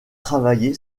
travaillé